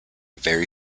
very